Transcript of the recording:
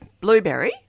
blueberry